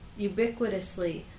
ubiquitously